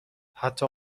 حتی